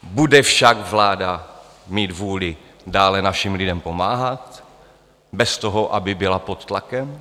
Bude však vláda mít vůli dále našim lidem pomáhat bez toho, aby byla pod tlakem?